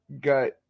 got